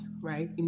right